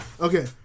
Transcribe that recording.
Okay